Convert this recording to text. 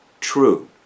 true